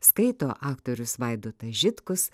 skaito aktorius vaidotas žitkus